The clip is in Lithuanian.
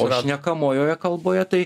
o šnekamojoje kalboje tai